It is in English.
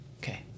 okay